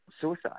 suicide